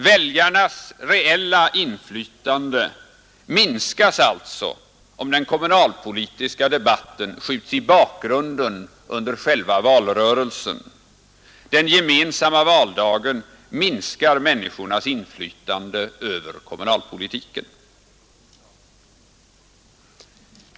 Väljarnas reella inflytande minskas alltså, om den kommunalpolitiska debatten skjuts i bakgrunden under själva valrörelsen. Den gemensamma valdagen minskar människornas inflytande över kommunalpolitiken.